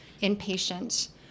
inpatient